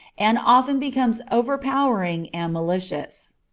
and often become overpowering and malicious.